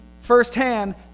firsthand